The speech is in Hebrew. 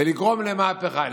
ולגרום למהפכה,